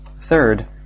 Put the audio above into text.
Third